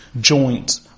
joint